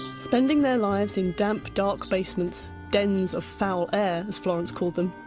spending their lives in damp, dark basements, dens of foul air, as florence called them,